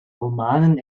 romanen